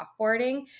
offboarding